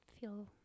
feel